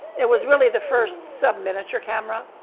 it was really the first sub-miniature camera.